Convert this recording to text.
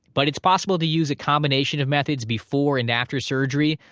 but it's possible to use a combination of methods before and after surgery,